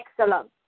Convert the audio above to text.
excellent